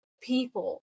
people